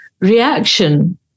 reaction